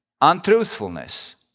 untruthfulness